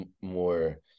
more